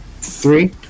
Three